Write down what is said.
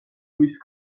მის